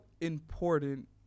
important